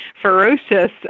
ferocious